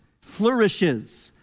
flourishes